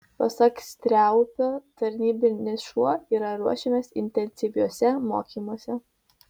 pasak striaupio tarnybinis šuo yra ruošiamas intensyviuose mokymuose